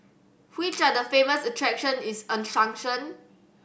which are the famous attraction in Asuncion